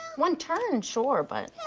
one turn, sure, but.